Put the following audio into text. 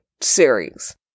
series